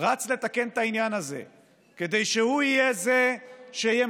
רץ לתקן את העניין הזה כדי שהוא יהיה זה שימנה